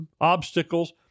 obstacles